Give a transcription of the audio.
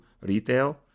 retail